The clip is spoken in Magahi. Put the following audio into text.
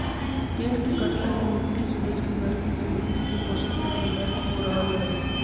पेड़ के कटला से मिट्टी सूरज के गर्मी से मिट्टी के पोषक तत्व नष्ट हो रहल हई